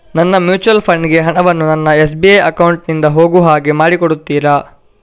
ನನ್ನ mutual fund ಗೆ ಹಣ ವನ್ನು ನನ್ನ ಎಸ್.ಬಿ ಅಕೌಂಟ್ ನಿಂದ ಹೋಗು ಹಾಗೆ ಮಾಡಿಕೊಡುತ್ತೀರಾ?